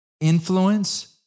influence